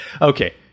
Okay